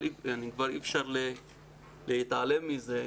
אבל אי אפשר להתעלם מזה.